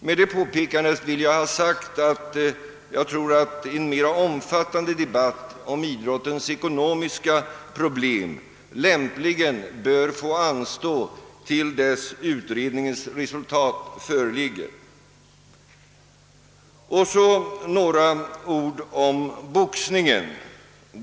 Med detta påpekande vill jag ha sagt att en mera omfattande debatt om idrottens ekonomiska problem lämpligen bör få anstå till dess att utredningens resultat föreligger. Härefter några ord om boxningen!